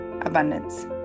abundance